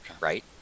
Right